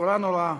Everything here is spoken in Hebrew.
בשורה נוראה.